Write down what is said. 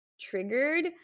triggered